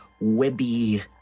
webby